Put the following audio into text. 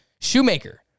Shoemaker